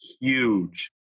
huge